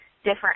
different